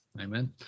Amen